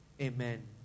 Amen